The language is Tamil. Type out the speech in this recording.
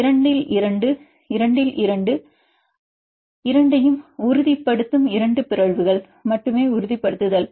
2 இல் 2 இல் 2 இந்த 2 ஆல் 2 இரண்டையும் உறுதிப்படுத்தும் 2 பிறழ்வுகள் மட்டுமே உறுதிப்படுத்துதல்